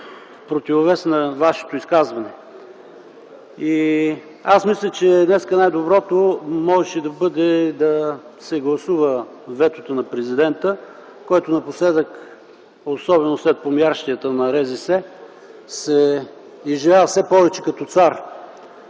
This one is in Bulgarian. противовес на Вашето изказване. Аз мисля, че днес най-доброто можеше да бъде да се гласува ветото на Президента, който напоследък, особено след помиярщината на РЗС, се изживява все повече като цар